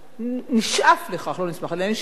נשאף לכך, לא נשמח, נשאף לכך,